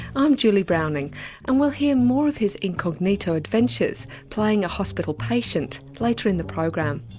i'm julie browning and we'll hear more of his incognito adventures playing a hospital patient, later in the program.